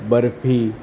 barfi